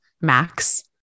Max